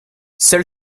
seul